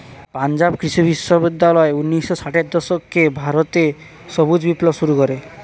পাঞ্জাব কৃষি বিশ্ববিদ্যালয় ঊন্নিশো ষাটের দশকে ভারতে সবুজ বিপ্লব শুরু করে